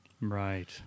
right